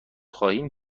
خواهیم